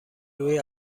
روی